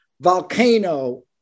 volcano